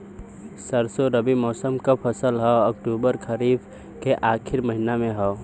सरसो रबी मौसम क फसल हव अक्टूबर खरीफ क आखिर महीना हव